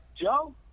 Joe